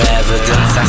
evidence